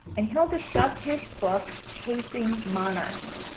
and he'll discuss his book chasing monarchs.